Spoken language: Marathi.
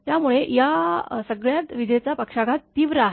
त्यामुळे या सगळ्यात विजेचा पक्षाघात तीव्र आहे